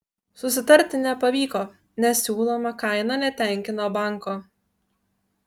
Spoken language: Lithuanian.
susitarti nepavyko nes siūloma kaina netenkino banko